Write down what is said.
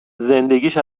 زندگیش